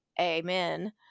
amen